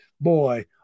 boy